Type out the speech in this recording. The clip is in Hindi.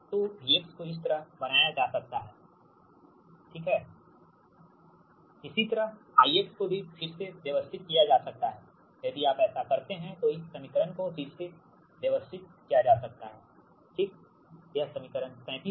तो V को इस तरह बनाया जा सकता है V eγxe γx2VRZCeγx e γx2IR इसी तरह I को भी फिर से व्यवस्थित किया जा सकता है यदि आप ऐसा करते हैं तो इस समीकरण को फिर से व्यवस्थित किया जा सकता है I eγx e γx2ZCVReγxe γx2IR यह समीकरण 37 है